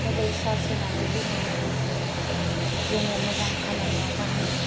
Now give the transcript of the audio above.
mobile charge होनानै जोङो mobile खौ जोङो मोजां खामानियाव बाहायो